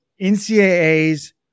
NCAA's